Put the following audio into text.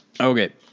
Okay